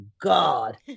God